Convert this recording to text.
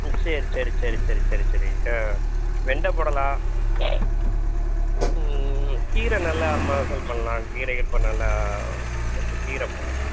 ம் சரி சரி சரி சரி சரி சரி ஆ ஆ வெண்டை போடலாம் கீரை நல்ல மகசூல் பண்ணலாம் கீரையும் இப்போ நல்லா இந்த கி கீரை போடலாம்